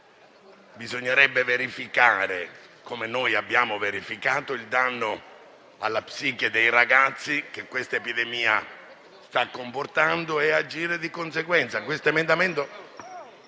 Bisognerebbe verificare - come abbiamo fatto noi - il danno alla psiche dei ragazzi che la pandemia sta comportando e agire di conseguenza.